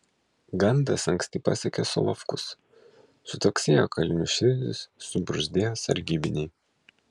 gandas anksti pasiekė solovkus sutvaksėjo kalinių širdys subruzdo sargybiniai